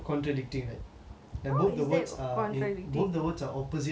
and both the words are both the words are opposite of one another